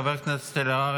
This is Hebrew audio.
חברת הכנסת אלהרר,